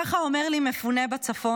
ככה אומר לי מפונה בצפון,